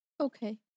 Okay